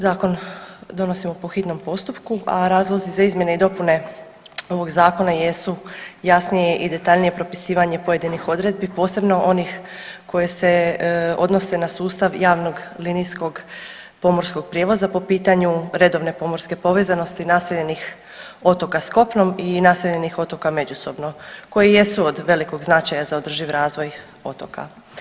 Zakon donosimo po hitnom postupku, a razlozi za izmjene i dopune ovog zakona jesu jasnije i detaljnije propisivanje pojedinih odredbi posebno onih koje se odnose na sustav javnog linijskog pomorskog prijevoza po pitanju redovne pomorske povezanosti naseljenih otoka s kopnom i naseljenih otoka međusobno koji jesu od velikog značaja za održiv razvoj otoka.